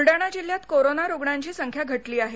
ब्लडाणा जिल्हयात कोरोण रुग्णाची संख्या घटली आहे